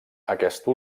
aquesta